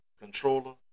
controller